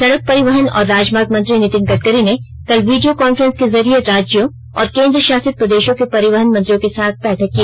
सड़क परिवहन और राजमार्ग मंत्री नितिन गडकरी ने कल वीडियो कॉफ्रेंस के जरिए राज्यों और केंद्र शासित प्रदेशों के परिवहन मंत्रियों के साथ बैठक की